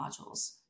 modules